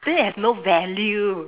then it has no value